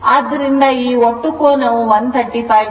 ಆದ್ದರಿಂದ ಈ ಒಟ್ಟು ಕೋನವು 135 o ಆಗಿದೆ